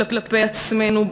כלפי עצמנו,